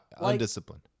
Undisciplined